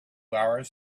hours